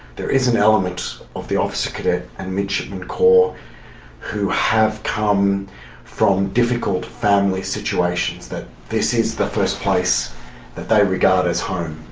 there is an element of the officer cadet and midshipman corps who have come from difficult family situations, and this is the first place that they regard as home.